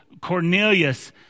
Cornelius